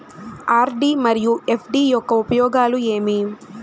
RD మరియు FD యొక్క ఉపయోగాలు ఏమి?